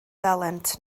dalent